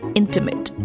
intimate